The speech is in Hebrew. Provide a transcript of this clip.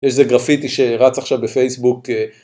יש איזה גרפיטי שרץ עכשיו בפייסבוק